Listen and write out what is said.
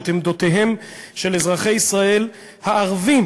את עמדותיהם של אזרחי ישראל הערבים